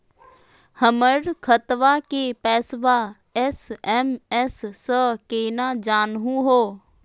हमर खतवा के पैसवा एस.एम.एस स केना जानहु हो?